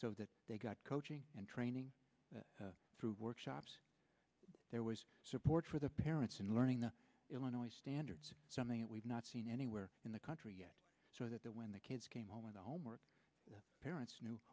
so that they got coaching and training through workshops there was support for the parents and learning the illinois standards something that we've not seen anywhere in the country yet so that the when the kids came home with the homework the parents knew